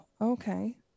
Okay